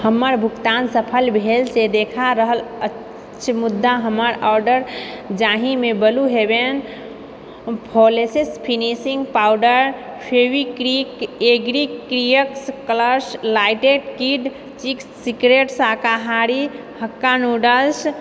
हमर भुगतान सफल भेल से देखा रहल अछि मुदा हमर ऑडर जाहिमे Blue Heaven flawless finishing powder Fevicryl acrylic colours lilac kid Ching's Secret शाकाहारी हक्का नूडल्स